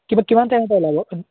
কিবা কিমান টাইম পৰা ওলাব